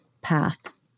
path